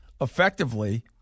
effectively